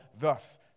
thus